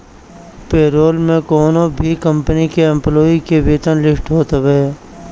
payroll में कवनो भी कंपनी के एम्प्लाई के वेतन लिस्ट होत बावे